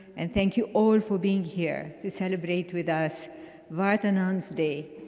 and thank you all for being here to celebrate with us vardanants day.